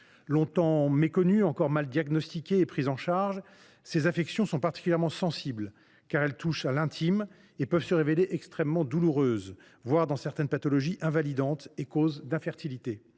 Longtemps méconnues, encore mal diagnostiquées et prises en charge, ces affections constituent un sujet particulièrement sensible, car elles touchent à l’intime ; elles peuvent se révéler extrêmement douloureuses, voire, dans certaines pathologies, invalidantes et être une cause d’infertilité.